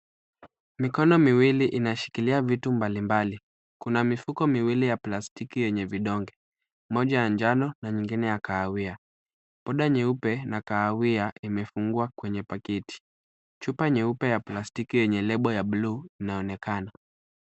Mikono miwili inashikilia vitu mbalimbali, kuna mifuko miwili ya plastiki yenye vidonge, moja ya njano na nyingine ya kahawia, poda nyeupe na kahawia imefungua kwenye paketi, chupa nyeupe ya plastiki yenye lebo ya blue inaonekana.